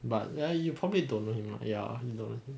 but ya you probably don't know him ya you don't know him